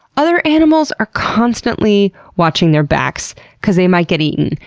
other animals are constantly watching their backs because they might get eaten,